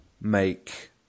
make